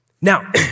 Now